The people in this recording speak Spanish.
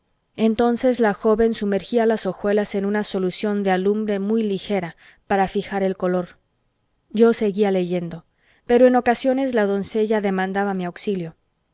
entonces la joven sumergía las hojuelas en una solución de alumbre muy ligera para fijar el color yo seguía leyendo pero en ocasiones la doncella demandaba mi auxilio